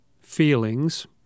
feelings